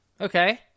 Okay